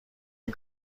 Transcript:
این